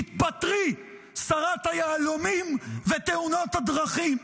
תתפטרי, שרת היהלומים ותאונת הדרכים,